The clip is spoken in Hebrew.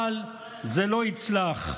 אבל זה לא יצלח.